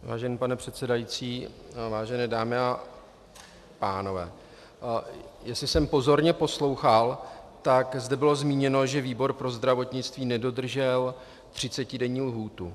Vážený pane předsedající, vážené dámy a pánové, jestli jsem pozorně poslouchal, tak zde bylo zmíněno, že výbor pro zdravotnictví nedodržel 30denní lhůtu.